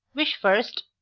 wish first!